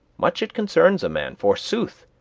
much it concerns a man, forsooth,